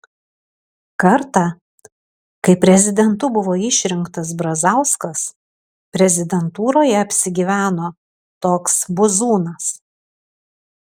kartą kai prezidentu buvo išrinktas brazauskas prezidentūroje apsigyveno toks buzūnas